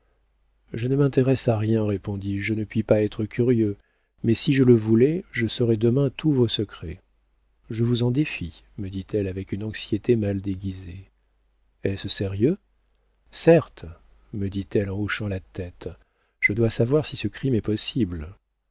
je ne m'intéresse à rien répondis-je je ne puis pas être curieux mais si je le voulais je saurais demain tous vos secrets je vous en défie me dit-elle avec une anxiété mal déguisée est-ce sérieux certes me dit-elle en hochant la tête je dois savoir si ce crime est possible